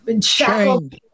shackled